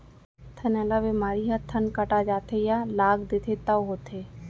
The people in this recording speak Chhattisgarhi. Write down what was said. थनैला बेमारी ह थन कटा जाथे या लाग देथे तौ होथे